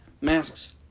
masks